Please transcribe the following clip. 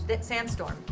sandstorm